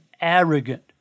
arrogant